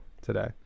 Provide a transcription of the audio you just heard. today